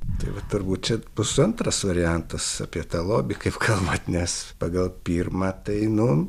tai vat turbūt čia bus antras variantas apie tą lobį kaip kalbat nes pagal pirmą tai nu